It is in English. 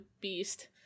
beast